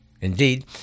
Indeed